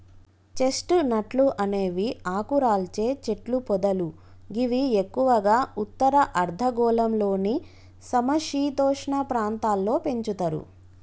chest నట్లు అనేవి ఆకురాల్చే చెట్లు పొదలు గివి ఎక్కువగా ఉత్తర అర్ధగోళంలోని సమ శీతోష్ణ ప్రాంతాల్లో పెంచుతరు